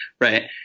right